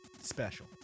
Special